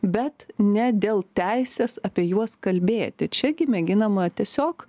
bet ne dėl teisės apie juos kalbėti čia gi mėginama tiesiog